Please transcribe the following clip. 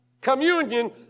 Communion